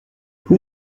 who